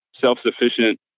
self-sufficient